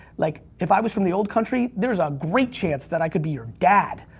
like, if i was from the old country, there's a great chance that i could be your dad.